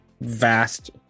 vast